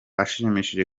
ashimishije